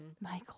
Michael